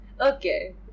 Okay